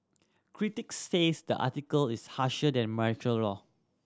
critics says the article is harsher than martial law